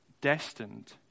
destined